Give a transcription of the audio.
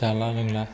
जाला लोंला